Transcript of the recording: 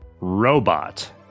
robot